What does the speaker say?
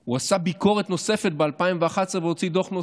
הוא עשה ביקורת נוספת ב-2011 והוציא דוח נוסף.